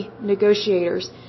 negotiators